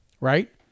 Right